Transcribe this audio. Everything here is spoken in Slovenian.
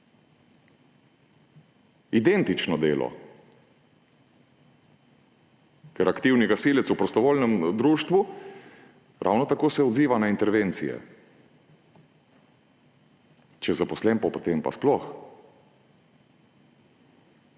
identično delo. Ker aktivni gasilec v prostovoljnem društvu se ravno tako odziva na intervencije. Če je zaposlen, potem pa sploh.